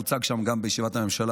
זה הוצג שם גם בישיבת הממשלה,